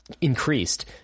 increased